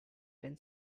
been